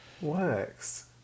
works